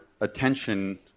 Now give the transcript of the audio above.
attention